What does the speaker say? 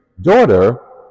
daughter